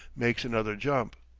makes another jump.